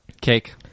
Cake